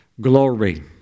Glory